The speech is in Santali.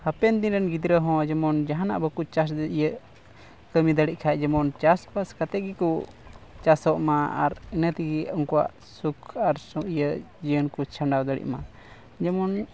ᱦᱟᱯᱮᱱ ᱫᱤᱱ ᱨᱮᱱ ᱜᱤᱫᱽᱨᱟᱹ ᱦᱚᱸ ᱡᱮᱢᱚᱱ ᱡᱟᱦᱟᱱᱟᱜ ᱵᱟᱠᱚ ᱪᱟᱥ ᱤᱭᱟᱹ ᱠᱟᱹᱢᱤ ᱫᱟᱲᱮᱜ ᱠᱷᱟᱱ ᱡᱮᱢᱚᱱ ᱪᱟᱥ ᱵᱟᱥ ᱠᱟᱛᱮᱫ ᱜᱮᱠᱚ ᱪᱟᱥᱚᱜ ᱢᱟ ᱟᱨ ᱤᱱᱟᱹ ᱛᱮᱜᱮ ᱩᱱᱠᱩᱣᱟᱜ ᱥᱩᱠ ᱟᱨ ᱤᱭᱟᱹ ᱡᱤᱭᱚᱱ ᱠᱚ ᱠᱷᱟᱸᱰᱟᱣ ᱫᱟᱲᱮᱜ ᱢᱟ ᱡᱮᱢᱚᱱ